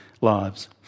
lives